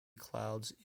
clouds